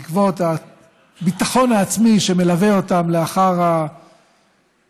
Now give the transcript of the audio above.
בעקבות הביטחון העצמי שמלווה אותם לאחר ההישרדות